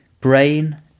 Brain